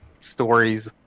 stories